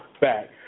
back